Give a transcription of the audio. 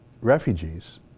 refugees